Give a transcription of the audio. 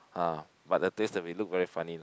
ah but the taste that we look very funny lah